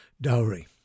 dowry